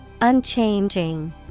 Unchanging